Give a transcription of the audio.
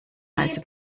heiße